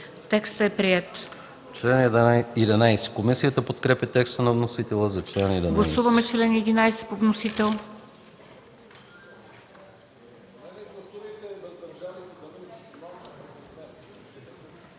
Текстът е приет.